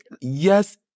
Yes